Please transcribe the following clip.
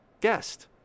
guest